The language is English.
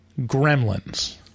Gremlins